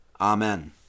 Amen